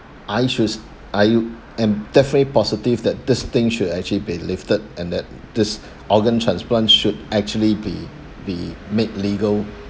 I choose I am definitely positive that this thing should actually be lifted and that this organ transplants should actually be be made legal